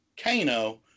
Kano